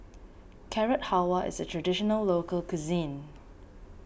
Carrot Halwa is a Traditional Local Cuisine